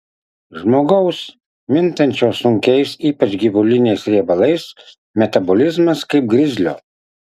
žmogaus mintančio sunkiais ypač gyvuliniais riebalais metabolizmas kaip grizlio